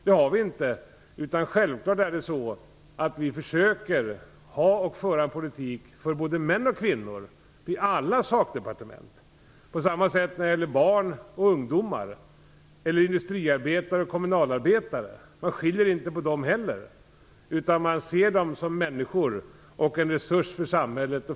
Det har vi inte, utan självfallet försöker vi föra en politik för både män och kvinnor i alla sakdepartement på samma sätt som när det gäller barn och ungdomar eller industriarbetare och kommunalarbetare, vilka man inte heller skiljer på. Man ser alla som människor och som resurser för samhället.